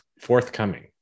forthcoming